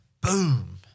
boom